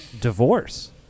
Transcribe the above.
divorce